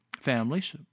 families